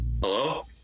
Hello